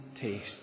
taste